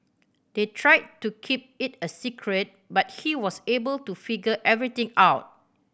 they tried to keep it a secret but he was able to figure everything out